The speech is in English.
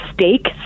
steak